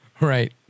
Right